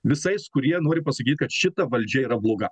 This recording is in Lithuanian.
visais kurie nori pasakyt kad šita valdžia yra bloga